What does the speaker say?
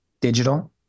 digital